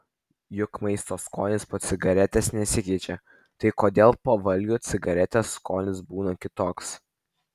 juk maisto skonis po cigaretės nesikeičia tai kodėl po valgio cigaretės skonis būna kitoks